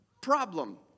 problem